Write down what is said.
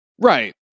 Right